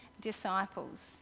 disciples